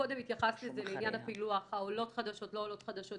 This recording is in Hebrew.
קודם התייחסת לעניין הפילוח עולות חדשות-לא עולות חדשות,